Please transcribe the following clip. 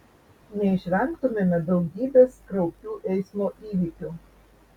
neišvengtumėme daugybės kraupių eismo įvykių